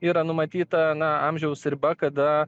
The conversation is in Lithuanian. yra numatyta na amžiaus riba kada